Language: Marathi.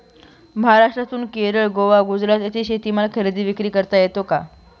महाराष्ट्रातून केरळ, गोवा, गुजरात येथे शेतीमाल खरेदी विक्री करता येतो का?